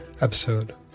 episode